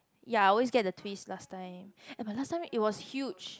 ya I always get the twist last time uh but last time it was huge